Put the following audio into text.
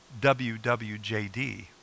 WWJD